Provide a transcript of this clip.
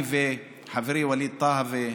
אני וחברי ווליד טאהא,